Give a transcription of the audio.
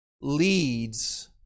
leads